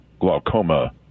glaucoma